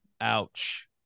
Ouch